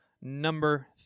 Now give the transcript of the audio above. number